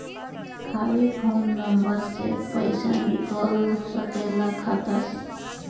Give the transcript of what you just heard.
खाली phone number से पईसा निकल सकेला खाता से?